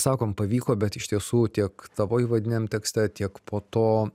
sakom pavyko bet iš tiesų tiek tavo įvadiniam tekste tiek po to